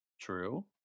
True